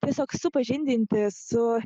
tiesiog supažindinti su